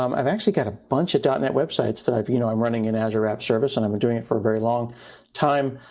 um i've actually got a bunch of dot net websites that you know i'm running in azure app service and i've been doing it for a very long time.